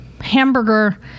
hamburger